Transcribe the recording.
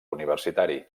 universitari